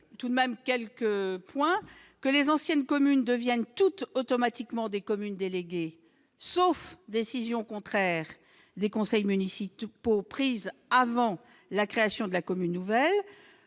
tout de même quelques points. Les anciennes communes deviennent toutes automatiquement des communes déléguées, sauf décision contraire des conseils municipaux prise avant la création de la commune nouvelle.